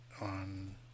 on